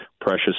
precious